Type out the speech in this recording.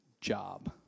Job